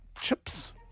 chips